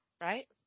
right